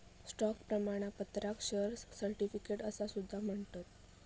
stock प्रमाणपत्राक share certificate असा सुद्धा म्हणतत